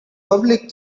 public